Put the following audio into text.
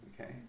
Okay